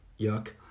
Yuck